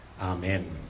Amen